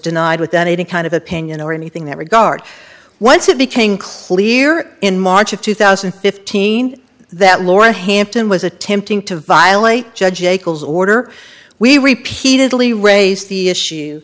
denied with anything kind of opinion or anything that regard once it became clear in march of two thousand and fifteen that laura hampton was attempting to violate judge eckels order we repeatedly raise the issue